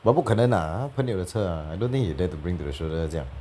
but 不可能 lah 他朋友的车 I don't think he dare to bring to the shoulder 这样